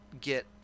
get